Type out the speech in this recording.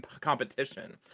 competition